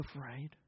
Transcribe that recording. afraid